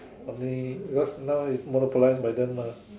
only because now is monopolized by them mah